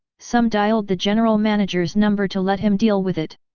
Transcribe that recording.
some dialed the general manager's number to let him deal with it.